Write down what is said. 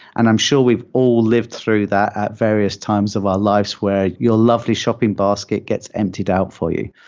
and i'm sure we've all lived through that at various times of our lives where your lovely shopping basket gets emptied out for you.